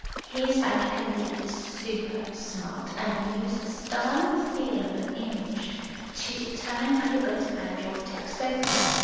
here's how you can be super-smart and use the style and feel of an image to determine how you're going to add your text overlay,